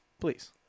please